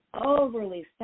overly